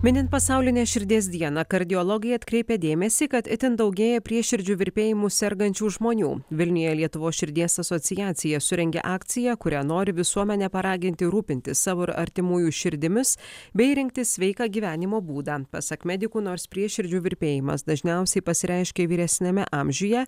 minint pasaulinę širdies dieną kardiologai atkreipia dėmesį kad itin daugėja prieširdžių virpėjimu sergančių žmonių vilniuje lietuvos širdies asociacija surengė akciją kuria nori visuomenę paraginti rūpintis savo ir artimųjų širdimis bei rinktis sveiką gyvenimo būdą pasak medikų nors prieširdžių virpėjimas dažniausiai pasireiškia vyresniame amžiuje